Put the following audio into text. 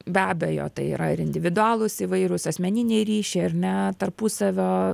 be abejo tai yra ir individualūs įvairūs asmeniniai ryšiai ar ne tarpusavio